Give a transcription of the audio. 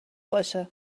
باشه